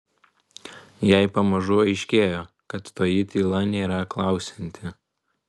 jai pamažu aiškėjo kad toji tyla nėra klausianti